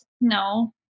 No